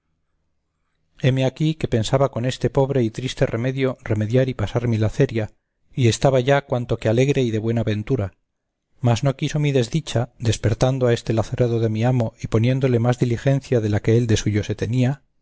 heme aquí que pensaba con este pobre y triste remedio remediar y pasar mi laceria y estaba ya cuanto que alegre y de buena ventura mas no quiso mi desdicha despertando a este lacerado de mi amo y poniéndole más diligencia de la que él de suyo se tenía